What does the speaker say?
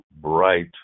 bright